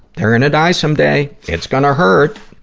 they're gonna die someday. it's gonna hurt.